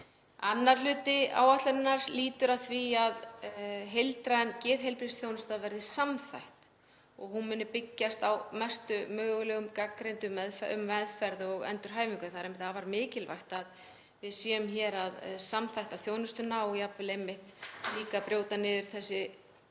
Annar hluti áætlunarinnar lýtur að því að heildræn geðheilbrigðisþjónusta verði samþætt og hún muni byggjast á bestu mögulegu gagnreyndu meðferðum og endurhæfingu. Það er afar mikilvægt að við séum hér að samþætta þjónustuna og jafnvel einmitt líka að brjóta niður þessi